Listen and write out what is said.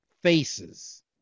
faces